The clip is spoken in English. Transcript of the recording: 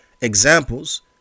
examples